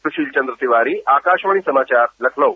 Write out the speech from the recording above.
सुशील चन्द्र तिवारी आकाशवाणी समाचार लखनऊ